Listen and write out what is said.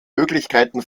möglichkeiten